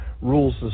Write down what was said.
rules